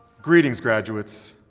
greetings graduates,